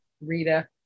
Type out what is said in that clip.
Rita